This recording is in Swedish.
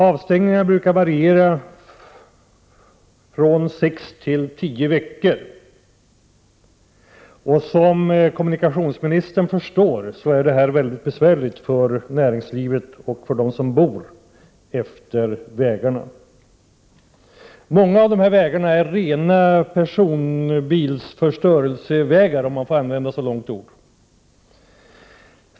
Avstängningen brukar variera mellan sex och tio veckor. Som kommunikationsministern förstår är detta mycket besvärligt för näringslivet och för dem som bor utefter vägarna. Många av dessa vägar är rena personbilsförstörelsevägar, om man får använda ett så långt ord.